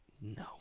No